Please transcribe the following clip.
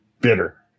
bitter